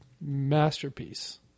masterpiece